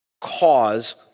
cause